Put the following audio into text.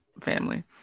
family